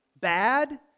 bad